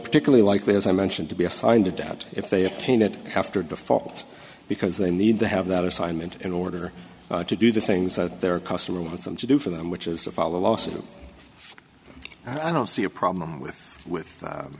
particularly likely as i mentioned to be assigned a debt if they obtain it after default because they need to have that assignment in order to do the things that their customer wants them to do for them which is to follow a lawsuit i don't see a problem with with